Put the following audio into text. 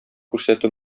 күрсәтү